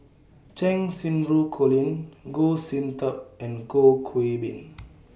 Cheng Xinru Colin Goh Sin Tub and Goh Qiu Bin